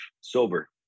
sober